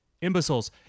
imbeciles